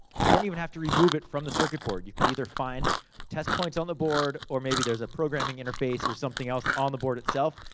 you don't even have to remove it from the circuit board. you could either find test points on the board, or maybe there's a programming interface, or something else on the board itself.